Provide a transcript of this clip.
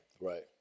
right